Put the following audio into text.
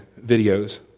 videos